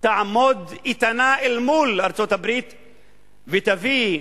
תעמוד איתנה אל מול ארצות-הברית ותביא,